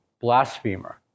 Blasphemer